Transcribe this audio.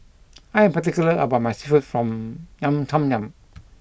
I am particular about my Seafood Tom Yum